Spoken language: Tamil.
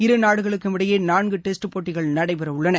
இரு நாடுகளுக்கும் இடையே நான்கு டெஸ்ட் போட்டிகள் நடைபெறவுள்ளன